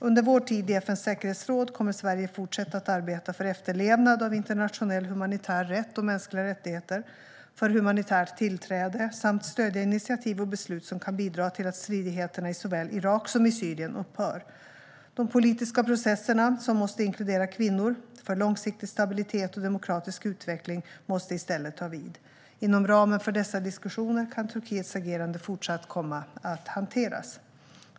Under vår tid i FN:s säkerhetsråd kommer Sverige att fortsätta att arbeta för efterlevnad av internationell humanitär rätt och mänskliga rättigheter och för humanitärt tillträde samt stödja initiativ och beslut som kan bidra till att stridigheterna i såväl Irak som Syrien upphör. De politiska processerna, som måste inkludera kvinnor, för långsiktig stabilitet och demokratisk utveckling måste i stället ta vid. Inom ramen för dessa diskussioner kan Turkiets agerande fortsatt komma att hanteras.